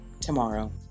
tomorrow